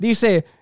Dice